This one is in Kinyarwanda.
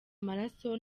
amaraso